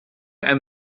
and